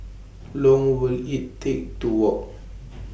Long Will IT Take to Walk